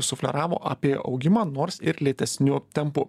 sufleravo apie augimą nors ir lėtesniu tempu